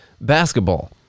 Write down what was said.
basketball